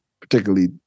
particularly